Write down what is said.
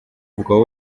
ubwo